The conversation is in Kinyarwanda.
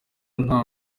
nta